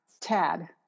Tad